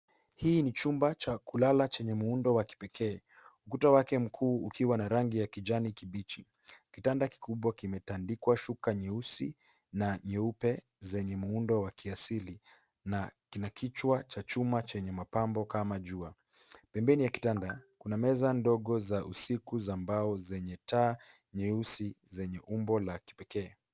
Hiki ni chumba cha kulala chenye muundo wa kipekee, kuta zake kuu zikiwa na rangi ya kijani kibichi. Kitanda kikubwa kimetandikwa shuka nyeusi na nyeupe zenye muundo wa kiasili, na kina kichwa cha chuma chenye mapambo kama jua. Pembeni ya kitanda, kuna meza ndogo za usiku za mbao zenye taa nyeusi zenye umbo la kipekee.